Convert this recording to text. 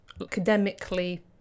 academically